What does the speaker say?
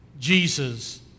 Jesus